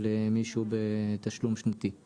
מחשובית זה